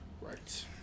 Right